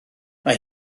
mae